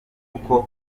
kuko